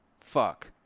fuck